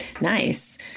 Nice